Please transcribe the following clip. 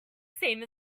same